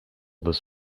this